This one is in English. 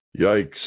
Yikes